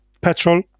petrol